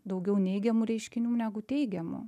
daugiau neigiamų reiškinių negu teigiamų